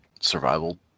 survival